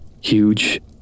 huge